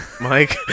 Mike